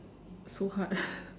so hard